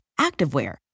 activewear